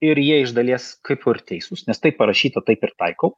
ir jie iš dalies kaip ir teisūs nes taip parašyta taip ir taikau